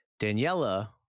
Daniela